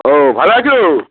ও ভালো আছো